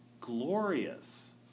glorious